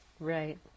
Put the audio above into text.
right